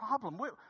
problem